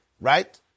right